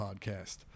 podcast